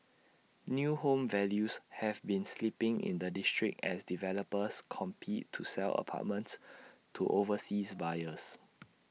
new home values have been slipping in the district as developers compete to sell apartments to overseas buyers